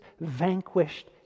vanquished